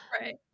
Right